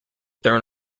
thrown